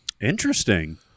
Interesting